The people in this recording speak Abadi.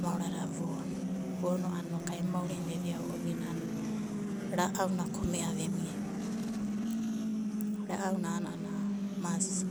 Maorada vono, vono a'anai emui maurina veveau ovinai a'ana ra'auna kome'a vemia. Ra'auna a'anana mas